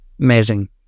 amazing